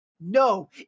No